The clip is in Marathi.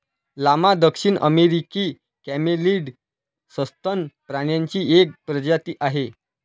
लामा दक्षिण अमेरिकी कॅमेलीड सस्तन प्राण्यांची एक प्रजाती आहे